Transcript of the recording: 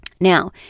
Now